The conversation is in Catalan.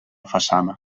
façana